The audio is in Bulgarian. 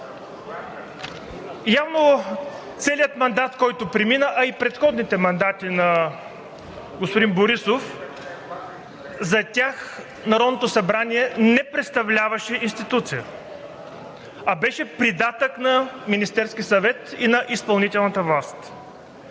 Явно целият мандат, който премина, а и предходните мандати на господин Борисов, за тях Народното събрание не представляваше институцията, а беше придатък на Министерския съвет и на изпълнителната власт.